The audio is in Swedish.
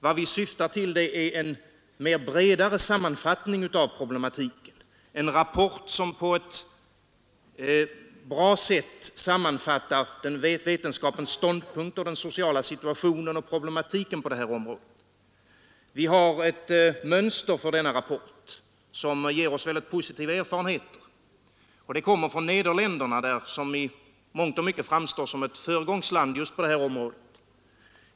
Vad vi syftar till är en bredare sammanfattning av problematiken, en rapport som på ett bra sätt sammanfattar vetenskapens ståndpunkt, den sociala situationen och problematiken på området. Det finns ett mönster för en sådan rapport som ger positiva erfarenheter. Det kommer från Nederländerna som i mångt och mycket framstår som ett föregångsland just på det här området.